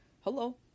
hello